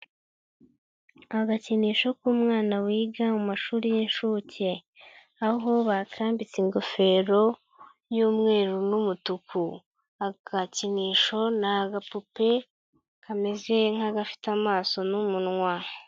Agakinisho k'umwana wiga mu mashuri y'inshuke aho bakambitse ingofero y'umweru n'umutuku, agakinisho ni agapupe kameze nk'agafite amaso n'umunwa.